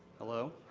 hello.